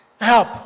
help